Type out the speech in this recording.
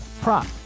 prop